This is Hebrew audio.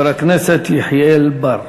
חבר הכנסת יחיאל בר.